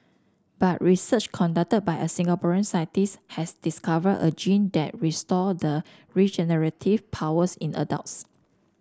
but research conducted by a Singaporean scientist has discovered a gene that restore the regenerative powers in adults